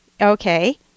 Okay